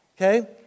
okay